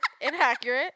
Inaccurate